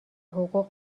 حقوق